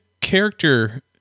character